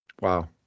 Wow